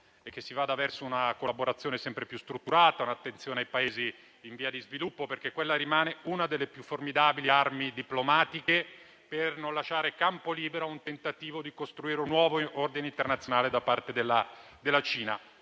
e che si vada verso una collaborazione sempre più strutturata e un'attenzione ai Paesi in via di sviluppo, perché questa rimane una delle più formidabili armi diplomatiche per non lasciare campo libero al tentativo di costruire un nuovo ordine internazionale da parte della Cina.